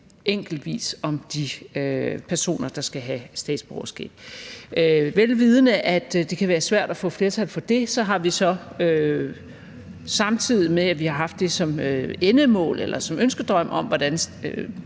enkeltvis om de personer, der skal have statsborgerskab. Vel vidende, at det kan være svært at få flertal for det, er vi så, samtidig med at vi har haft det som endemål for eller ønskedrøm om, hvordan